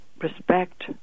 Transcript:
respect